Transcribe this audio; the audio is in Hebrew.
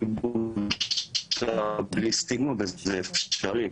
יגדלו --- בלי סטיגמות וזה אפשרי.